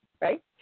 Right